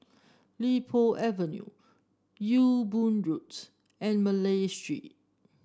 Li Po Avenue Ewe Boon Road and Malay Street